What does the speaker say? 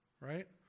Right